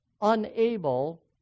unable